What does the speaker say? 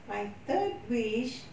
my third wish